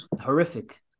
horrific